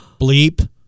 Bleep